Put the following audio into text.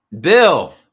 Bill